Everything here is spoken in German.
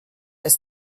ist